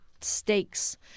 stakes